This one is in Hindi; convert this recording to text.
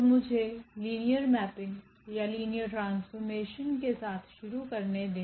तो मुझे लिनियर मैपिंग या लिनियर ट्रांसफॉर्मेशन के साथ शुरू करने दें